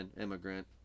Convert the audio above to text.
immigrant